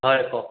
হয় কওক